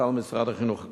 מנכ"ל משרד החינוך הקודם,